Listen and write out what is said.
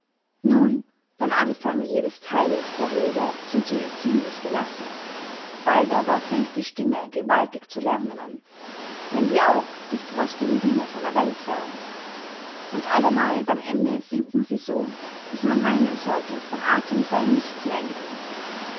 nun beym anfange jedes theiles der rede sind sie ziemlich gelassen bald aber fängt die stimme gewaltig zu lermen an wenn sie auch die frostigsten dinge von der welt sagen und allemal beym ende sinken sie so daß man meynen sollte von athem sey nichts mehr in ihnen